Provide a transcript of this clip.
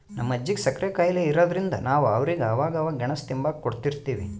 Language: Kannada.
ನಮ್ ಅಜ್ಜಿಗೆ ಸಕ್ರೆ ಖಾಯಿಲೆ ಇರಾದ್ರಿಂದ ನಾವು ಅವ್ರಿಗೆ ಅವಾಗವಾಗ ಗೆಣುಸು ತಿಂಬಾಕ ಕೊಡುತಿರ್ತೀವಿ